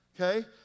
okay